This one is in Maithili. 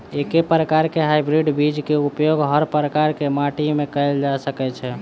एके प्रकार केँ हाइब्रिड बीज केँ उपयोग हर प्रकार केँ माटि मे कैल जा सकय छै?